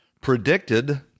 predicted